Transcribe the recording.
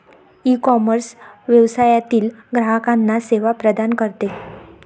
ecommerce व्यवसायातील ग्राहकांना सेवा प्रदान करते